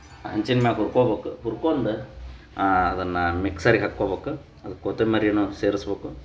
ಹಂಚಿನ ಮ್ಯಾಲ್ ಹುರ್ಕೋಬೇಕು ಹುರ್ಕೊಂಡ ಅದನ್ನು ಮಿಕ್ಸರ್ಗೆ ಹಾಕ್ಕೋಬೇಕು ಅದಕ್ಕೆ ಕೊತ್ತಂಬರಿನೂ ಸೇರಿಸ್ಬೇಕು